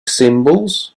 symbols